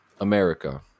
America